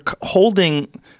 holding